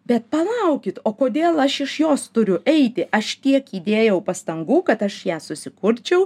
bet palaukit o kodėl aš iš jos turiu eiti aš tiek įdėjau pastangų kad aš ją susikurčiau